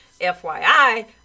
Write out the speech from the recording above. FYI